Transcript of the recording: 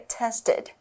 tested